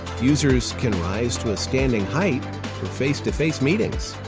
users can rise to a standing height for face-to-face meetings.